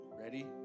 Ready